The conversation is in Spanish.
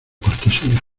cortesía